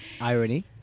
irony